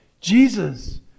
Jesus